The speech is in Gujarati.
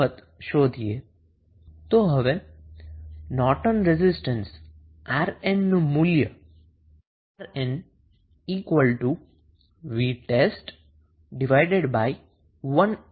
હવે 𝑅𝑁 નું મૂલ્ય જે નોર્ટન રેઝિસ્ટન્સ છે તે RN vtest1A થશે